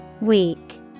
Weak